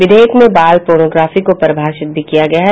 विधेयक में बाल पोर्नोग्राफी को परिभाषित भी किया गया है